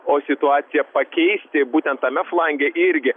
o situaciją pakeisti būtent tame flange irgi